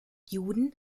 juden